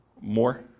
More